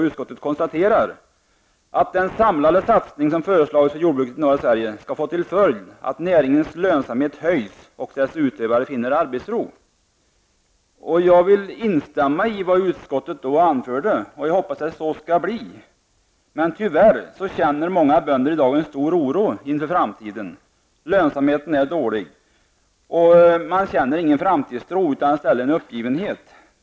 Utskottet konstaterar att den samlade satsningen som föreslagits för jordbruket i norra Sverige skall få till följd att näringens lönsamhet höjs och dess utövare finner arbetsro. Jag vill instämma i vad utskottet då anförde, och jag hoppas att så skall bli fallet. Men tyvärr känner många bönder i dag en stor oro inför framtiden. Lönsamheten är dålig. Man känner ingen framtidstro utan i stället en uppgivenhet.